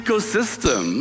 Ecosystem